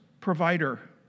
provider